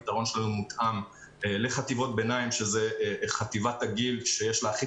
הפתרון שלנו מותאם לחטיבות ביניים שזה חטיבת הגיל שיש לה הכי